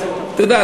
אתה יודע,